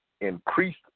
increased